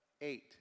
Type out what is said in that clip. eight